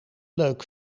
leuk